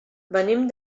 venim